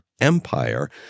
empire